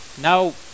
now